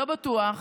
לא בטוח.